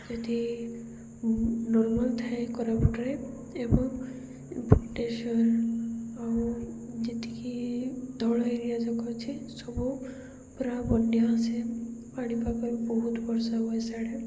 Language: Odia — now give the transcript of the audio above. ଯଦି ନର୍ମାଲ ଥାଏ କୋରାପୁଟରେ ଏବଂ ବୁଟେଶ୍ଵର ଆଉ ଯେତିକି ଦଳ ଏରିଆ ଯାକ ଅଛି ସବୁ ପୁରା ବନ୍ୟା ସେ ପାଣିପଖରେ ବହୁତ ବର୍ଷା ହୁଏ ସଆଡ଼େ